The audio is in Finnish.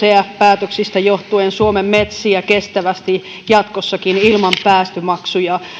päätöksistä johtuen suomen metsiä kestävästi jatkossakin ilman päästömaksuja